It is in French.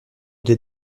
des